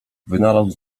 wynalazł